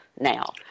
now